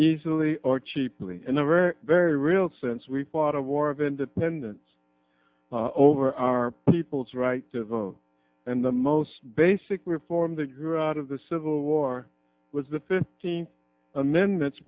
easily or cheaply in a very very real sense we fought a war of independence over our people's right to vote and the most basic reform that grew out of the civil war was the fifteenth amendments